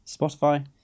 Spotify